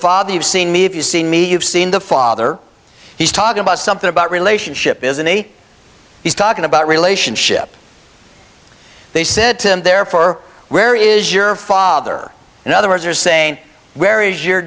father you've seen me if you see me you've seen the father he's talking about something about relationship isn't a he's talking about relationship they said to him therefore where is your father and others are saying where is your